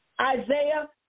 Isaiah